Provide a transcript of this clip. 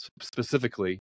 specifically